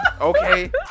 Okay